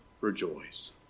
Rejoice